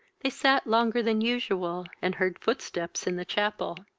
they sat longer than usual, and heard footsteps in the chapel.